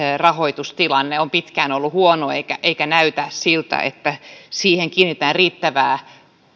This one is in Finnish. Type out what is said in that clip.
rahoitustilanne on pitkään ollut huono eikä eikä näytä siltä että siihen kiinnitetään riittävällä